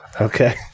Okay